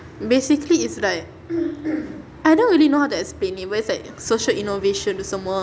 basically it's like I don't really know how to explain it but it's like social innovation tu semua